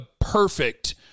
perfect